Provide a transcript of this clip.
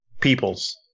Peoples